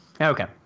Okay